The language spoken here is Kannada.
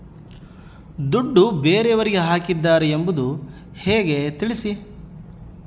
ದುಡ್ಡು ಬೇರೆಯವರಿಗೆ ಹಾಕಿದ್ದಾರೆ ಎಂಬುದು ಹೇಗೆ ತಿಳಿಸಿ?